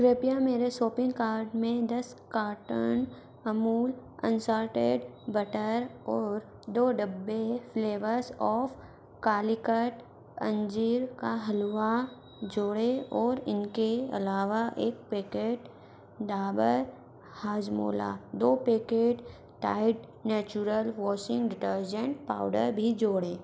कृपया मेरे shopping card में दस कार्टन अमूल अनसाल्टेड बटर और दो डब्बे फ्लेवर्स ऑफ़ कालीकट अंजीर का हलवा जोड़ें और इनके अलावा एक पैकेट डाबर हाजमोला दो packet Tide natural washing detergent powder भी जोड़ें